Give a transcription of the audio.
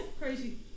Crazy